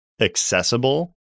accessible